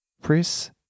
Press